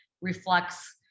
reflects